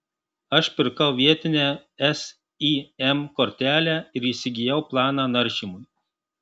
aš pirkau vietinę sim kortelę ir įsigijau planą naršymui